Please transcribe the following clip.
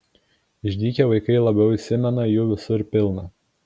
išdykę vaikai labiau įsimena jų visur pilna